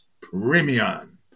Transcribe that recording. Premium